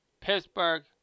Pittsburgh